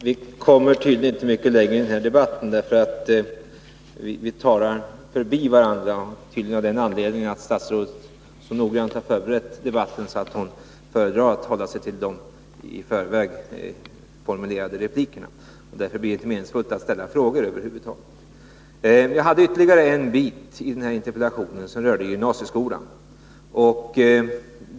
Herr talman! Vi kommer tydligen inte mycket längre i den här debatten, eftersom vi talar förbi varandra - förmodligen av den anledningen att statsrådet så noggrant har förberett debatten att hon föredrar att hålla sig till dei förväg formulerade replikerna. Därför blir det inte meningsfullt att ställa frågor över huvud taget. Det var ytterligare en bit i den här interpellationen som rörde gymnasieskolan.